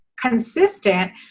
consistent